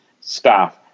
staff